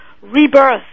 rebirth